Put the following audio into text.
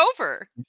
over